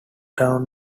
town